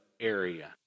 area